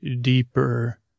deeper